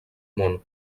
món